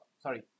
sorry